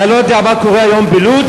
אתה לא יודע מה קורה היום בלוד?